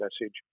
message